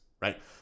right